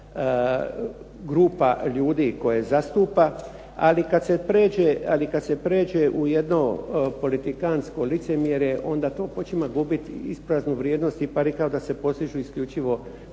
grupa ljudi koje zastupa. Ali kad se pređe u jedno politikantsko licemjerje onda to počima gubiti ispraznu vrijednost i …/Govornik se ne razumije./… kao da se